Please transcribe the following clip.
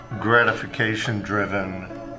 gratification-driven